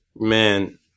Man